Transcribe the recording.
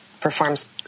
performs